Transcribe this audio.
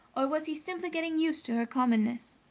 or was he simply getting used to her commonness?